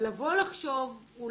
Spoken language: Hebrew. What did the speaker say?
ולבוא לחשוב.